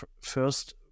first